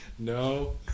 no